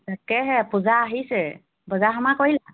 তাকেহে পূজা আহিছে বজাৰ সমাৰ কৰিলা